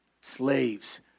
slaves